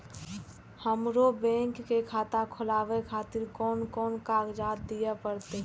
हमरो बैंक के खाता खोलाबे खातिर कोन कोन कागजात दीये परतें?